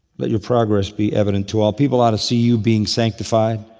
let your progress be evident to all. people ought to see you being sanctified.